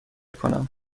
کنم